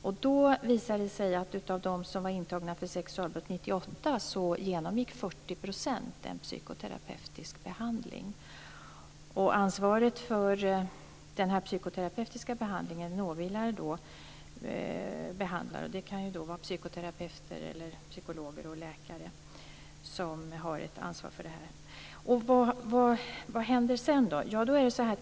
Det visar sig att 40 % av dem som var intagna för sexualbrott 1998 genomgick en psykoterapeutisk behandling. Ansvaret för den psykoterapeutiska behandlingen åvilar behandlare. Det kan vara psykoterapeuter eller psykologer och läkare som har ett ansvar för detta. Vad händer sedan?